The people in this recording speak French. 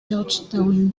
georgetown